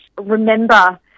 remember